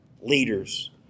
leaders